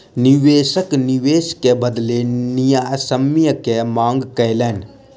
निवेशक निवेश के बदले न्यायसम्य के मांग कयलैन